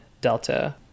Delta